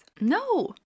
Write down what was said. No